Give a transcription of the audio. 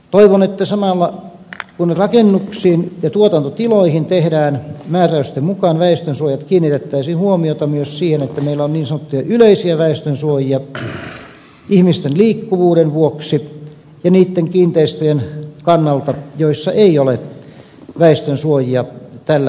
toivon että samalla kun rakennuksiin ja tuotantotiloihin tehdään määräysten mukaan väestönsuojat kiinnitettäisiin huomiota myös siihen että meillä on niin sanottuja yleisiä väestönsuojia ihmisten liikkuvuuden vuoksi ja niitten kiinteistöjen takia joissa ei ole väestönsuojia tällä hetkellä